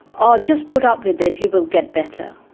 oh just put up with it. he will get better.